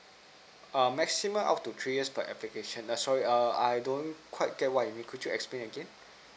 a maximum up to three years per application err sorry err I don't quite get what you mean could you explain again